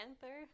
Panther